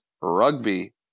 Rugby